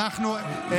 שאנחנו,